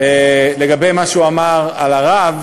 לגבי מה שהוא אמר על הרב.